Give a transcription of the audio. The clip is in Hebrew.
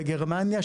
בגרמניה,